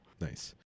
nice